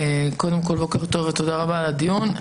קודם כול, בוקר טוב ותודה רבה על הדיון.